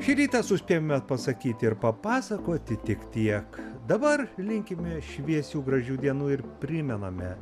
šį rytą suspėjome pasakyti ir papasakoti tik tiek dabar linkime šviesių gražių dienų ir primename